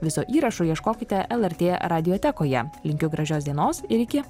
viso įrašo ieškokite lrt radijotekoje linkiu gražios dienos ir iki